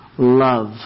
Love